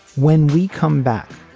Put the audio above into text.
when we come back,